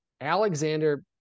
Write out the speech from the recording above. Alexander